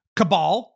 cabal